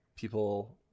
people